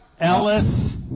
Ellis